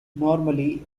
normally